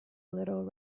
little